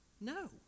No